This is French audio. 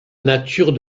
nature